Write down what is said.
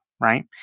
right